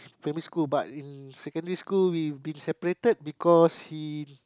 primary school but in secondary school we been separated because he